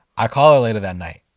i call her later that night